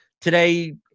today